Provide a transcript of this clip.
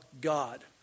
God